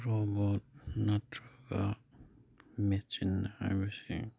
robot ꯅꯠꯇ꯭ꯔꯒ machine ꯍꯥꯏꯕꯁꯤ